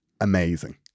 amazing